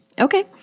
Okay